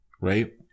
right